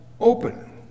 open